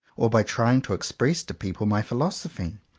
or by trying to express to people my philos ophy?